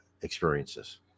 experiences